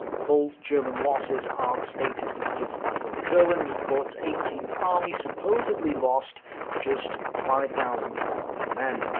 full german losses aren't stated for the fifth battle of courland, but eighteenth army supposedly lost just five thousand four hundred men.